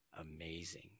amazing